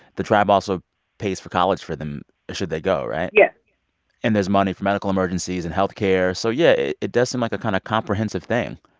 the tribe also pays for college for them should they go, right? yeah and there's money for medical emergencies and health care. so yeah, it does seem like a kind of comprehensive thing.